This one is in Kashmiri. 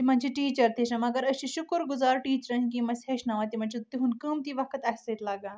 تِمن چھِ ٹیچر تہِ مگر أسۍ چھ شُکر گزار ٹیچرن کہ یم اسہِ ہیٚچھناوان تِمن چھِ تُہنٛد قیمتی وقت اسہِ سۭتۍ لگان